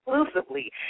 exclusively